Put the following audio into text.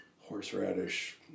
Horseradish